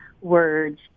words